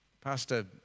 Pastor